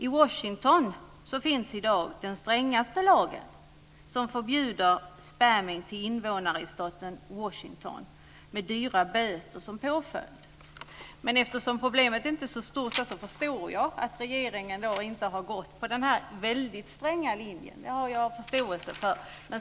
I Washington finns i dag den strängaste lagen, som förbjuder spamming till invånare i staten Washington med stora böter som påföljd. Eftersom problemet inte är så stort hos oss förstår jag att regeringen inte har följt den här väldigt stränga linjen. Det har jag förståelse för.